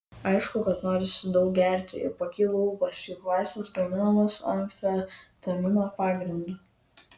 aišku kad norisi daug gerti ir pakyla ūpas juk vaistas gaminamas amfetamino pagrindu